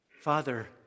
Father